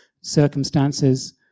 circumstances